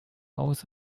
aus